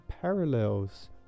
parallels